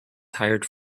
tired